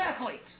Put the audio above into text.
athletes